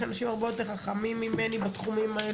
יש אנשים הרבה יותר חכמים ממני בתחומים האלה,